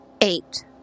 Eight